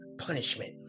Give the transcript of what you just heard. punishment